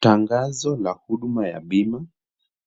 Tangazo la huduma ya bima